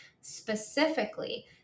specifically